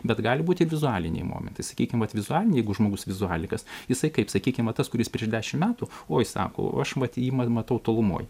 bet gali būti ir vizualiniai momentai sakykim vat vizualiniai jeigu žmogus vizualikas jisai kaip sakykim va tas kuris prieš dešim metų oi sako aš vat jį matau tolumoj